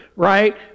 Right